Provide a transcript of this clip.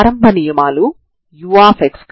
ఇందులో u1 D'Alembert పరిష్కారం